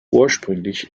ursprünglich